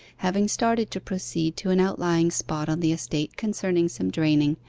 having started to proceed to an outlying spot on the estate concerning some draining,